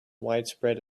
widespread